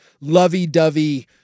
lovey-dovey